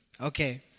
Okay